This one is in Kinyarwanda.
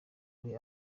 ari